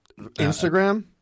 Instagram